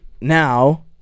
now